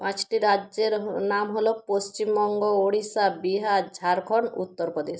পাঁচটি রাজ্যের নাম হল পশ্চিমবঙ্গ উড়িষ্যা বিহার ঝাড়খন্ড উত্তরপ্রদেশ